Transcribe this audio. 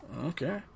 Okay